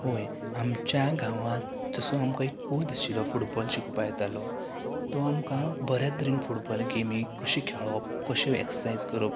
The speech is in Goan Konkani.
होय आमच्या गांवान जसो आमकां एक काॅच आशिल्लो फुटबाॅल शिकोवपाक येतालो तो आमकां बऱ्या तरेन फुटबाॅल गेमी कशें खेळोप कशें एक्ससरसायज करप